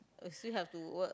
we still have to work